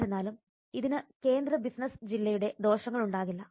എന്നിരുന്നാലും ഇതിന് കേന്ദ്ര ബിസിനസ്സ് ജില്ലയുടെ ദോഷങ്ങളുണ്ടാകില്ല